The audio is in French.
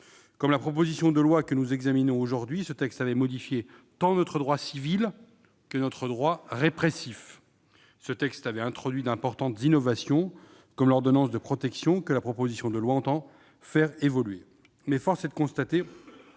Comme la proposition de loi que nous examinons aujourd'hui, ce texte a modifié tant notre droit civil que notre droit répressif. Il a introduit d'importantes innovations, comme l'ordonnance de protection, que la présente proposition de loi tend à faire évoluer.